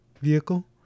vehicle